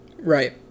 Right